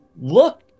look